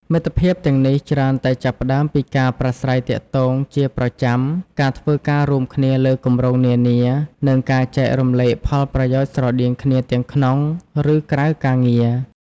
មិត្តភាពទាំងនេះច្រើនតែចាប់ផ្ដើមពីការប្រាស្រ័យទាក់ទងជាប្រចាំ ការធ្វើការរួមគ្នាលើគម្រោងនានា និងការចែករំលែកផលប្រយោជន៍ស្រដៀងគ្នាទាំងក្នុង ឬក្រៅការងារ។